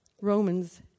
Romans